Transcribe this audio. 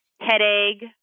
headache